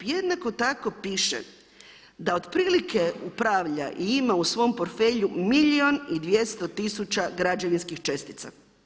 Jednako tako piše da otprilike upravlja i ima u svom portfelju milijun i 200 tisuća građevinskih čestica.